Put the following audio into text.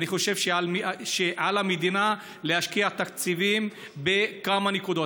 אני חושב שעל המדינה להשקיע תקציבים בכמה נקודות.